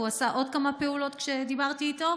והוא עשה עוד כמה פעולות כשדיברתי איתו,